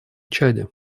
чаде